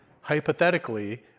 hypothetically